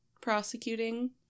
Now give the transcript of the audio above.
prosecuting